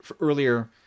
earlier